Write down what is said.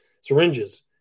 syringes